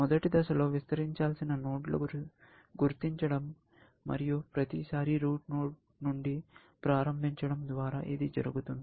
మొదటి దశలో విస్తరించాల్సిన నోడ్లను గుర్తించడం మరియు ప్రతిసారీ రూట్ నోడ్ నుండి ప్రారంభించడం ద్వారా ఇది జరుగుతుంది